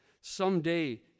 someday